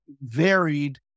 varied